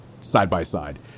side-by-side